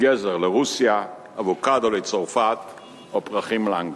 גזר לרוסיה, אבוקדו לצרפת או פרחים לאנגליה.